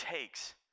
takes